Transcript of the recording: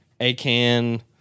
A-CAN